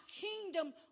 kingdom